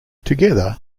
together